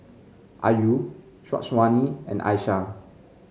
Ayu Syazwani and Aishah